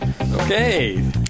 Okay